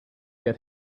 get